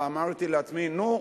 ואמרתי לעצמי: נו,